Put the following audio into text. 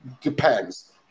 Depends